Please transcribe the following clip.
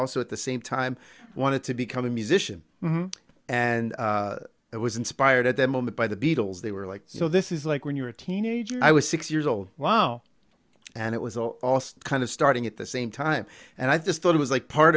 also at the same time wanted to become a musician and it was inspired at that moment by the beatles they were like so this is like when you were a teenager i was six years old wow and it was all kind of starting at the same time and i just thought it was like part